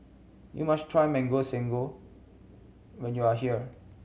you must try Mango Sago when you are here